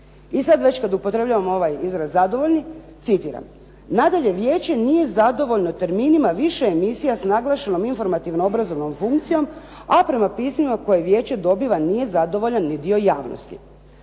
I sad već kad upotrebljavamo ovaj izraz zadovoljni citiram: "Nadalje, Vijeće nije zadovoljno terminima više emisija s naglašenom informativno-obrazovnom funkcijom, a prema pismima koje Vijeće dobiva nije zadovoljan ni dio javnosti."